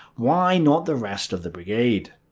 why not the rest of the brigade?